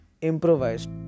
improvised